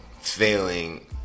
failing